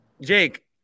Jake